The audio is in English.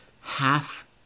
half